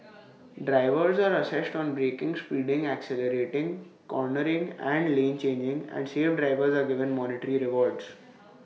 drivers are assessed on braking speeding accelerating cornering and lane changing and safe drivers are given monetary rewards